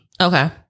Okay